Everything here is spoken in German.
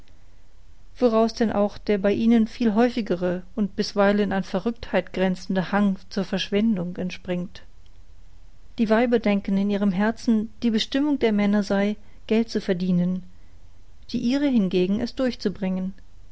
woraus denn auch der bei ihnen viel häufigere und bisweilen an verrücktheit grenzende hang zur verschwendung entspringt die weiber denken in ihrem herzen die bestimmung der männer sei geld zu verdienen die ihre hingegen es durchzubringen